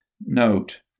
Note